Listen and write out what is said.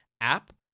app